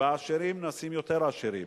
והעשירים נעשים יותר עשירים.